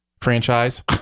franchise